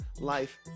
life